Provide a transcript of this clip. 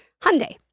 Hyundai